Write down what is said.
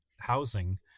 housing